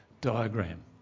diagram